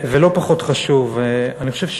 ולא פחות חשוב, אני חושב,